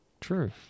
True